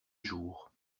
jours